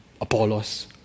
Apollos